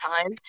time